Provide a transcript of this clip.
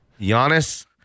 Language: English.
Giannis